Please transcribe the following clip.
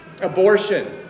abortion